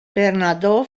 bernadó